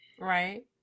right